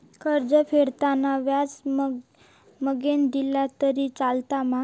कर्ज फेडताना व्याज मगेन दिला तरी चलात मा?